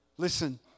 Listen